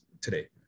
today